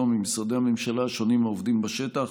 ממשרדי הממשלה השונים העובדים בשטח,